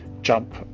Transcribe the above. jump